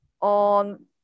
on